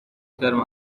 ترم